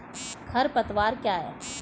खरपतवार क्या है?